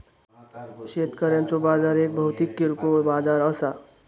शेतकऱ्यांचो बाजार एक भौतिक किरकोळ बाजार असा